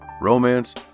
romance